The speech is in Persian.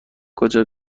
کجا